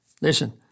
Listen